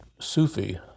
Sufi